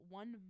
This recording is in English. one